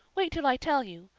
wait till i tell you.